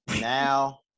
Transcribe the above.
Now